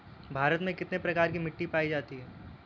भारत में कितने प्रकार की मिट्टी पायी जाती है?